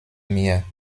mir